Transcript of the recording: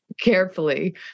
carefully